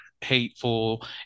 hateful